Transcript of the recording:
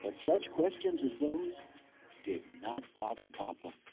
but such questions as those did not bother papa.